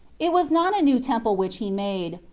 it was not a new temple which he made,